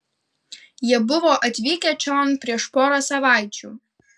jie buvo atvykę čion prieš porą savaičių